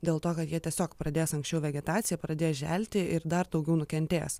dėl to kad jie tiesiog pradės anksčiau vegetacija pradės želti ir dar daugiau nukentės